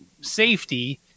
safety